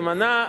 תימנע?